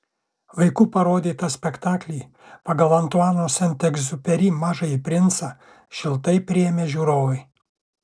vaikų parodytą spektaklį pagal antuano sent egziuperi mažąjį princą šiltai priėmė žiūrovai